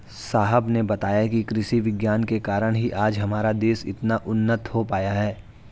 साहब ने बताया कि कृषि विज्ञान के कारण ही आज हमारा देश इतना उन्नत हो पाया है